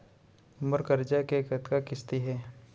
मोर करजा के कतका किस्ती हे?